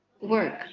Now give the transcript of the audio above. work